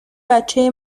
بچه